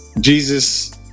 Jesus